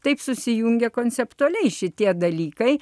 taip susijungia konceptualiai šitie dalykai